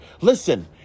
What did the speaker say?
Listen